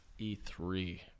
E3